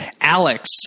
Alex